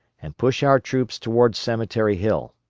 and push our troops toward cemetery hill.